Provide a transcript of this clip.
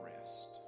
rest